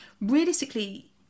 realistically